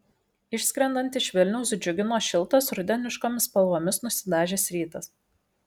išskrendant iš vilniaus džiugino šiltas rudeniškomis spalvomis nusidažęs rytas